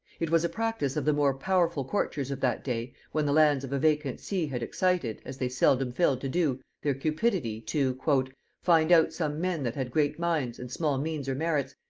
it was a practice of the more powerful courtiers of that day, when the lands of a vacant see had excited, as they seldom failed to do, their cupidity, to find out some men that had great minds and small means or merits,